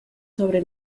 sobre